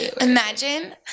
imagine